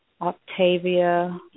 Octavia